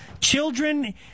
Children